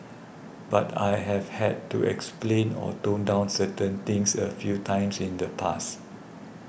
but I have had to explain or tone down certain things a few times in the past